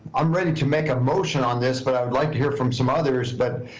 i'm ready to make a motion on this but i would like to hear from some others but,